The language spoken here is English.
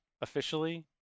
officially